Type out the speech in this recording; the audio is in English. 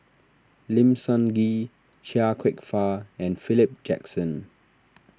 Lim Sun Gee Chia Kwek Fah and Philip Jackson